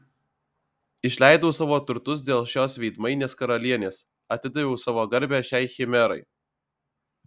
išleidau savo turtus dėl šios veidmainės karalienės atidaviau savo garbę šiai chimerai